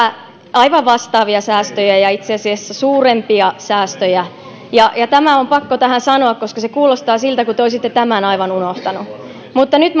aivan vastaavia säästöjä ja itse asiassa suurempia säästöjä tämä on pakko tähän sanoa koska se kuulostaa siltä kuin te olisitte tämän aivan unohtanut mutta nyt